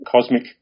cosmic